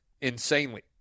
insanely